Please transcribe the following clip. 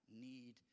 need